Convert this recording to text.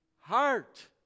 heart